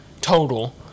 total